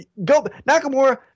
Nakamura